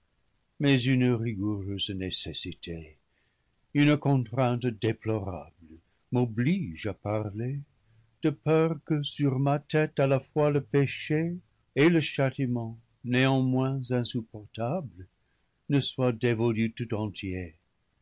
mais une rigoureuse nécessité une contrainte déplorable m'obligent à parler de peur que sur ma tête à la fois le péché et le châti ment néanmoins insupportables ne soient dévolus tout en